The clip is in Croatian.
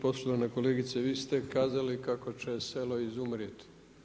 Poštovana kolegice, vi ste kazali kako će selo izumrijeti.